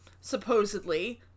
supposedly